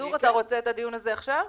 אתה רוצה את הדיון הזה עכשיו?